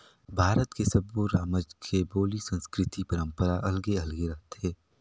भारत के सब्बो रामज के बोली, संस्कृति, परंपरा अलगे अलगे रथे